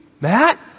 Matt